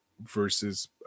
versus